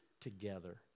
together